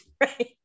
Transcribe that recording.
right